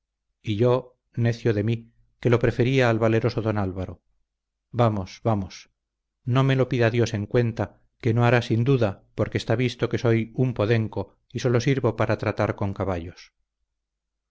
y yo necio de mí que lo prefería al valeroso don álvaro vamos vamos no me lo pida dios en cuenta que no hará sin duda porque está visto que soy un podenco y sólo sirvo para tratar con caballos